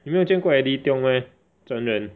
你没有见过 Eddie Tiong meh 真人